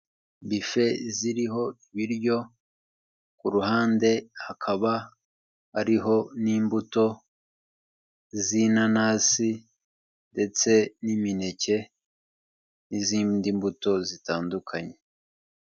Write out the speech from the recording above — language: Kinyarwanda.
Bife ziriho ibiryo, ku ruhande hakaba hariho n'imbuto, z'inanasi, ndetse n'imineke, n'izindi mbuto zitandukanye.